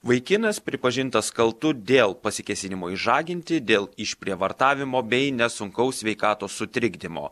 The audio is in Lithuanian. vaikinas pripažintas kaltu dėl pasikėsinimo išžaginti dėl išprievartavimo bei nesunkaus sveikatos sutrikdymo